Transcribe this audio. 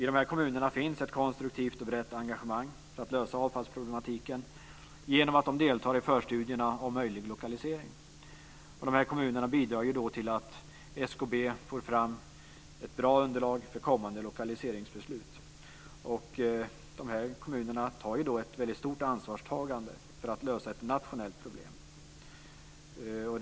I dessa kommuner finns ett konstruktivt och brett engagemang för att lösa avfallsproblematiken genom att de deltar i förstudierna om möjlig lokalisering. Dessa kommuner bidrar till att SKB får fram ett bra underlag för kommande lokaliseringsbeslut och tar ett väldigt stort ansvar för att lösa ett nationellt problem.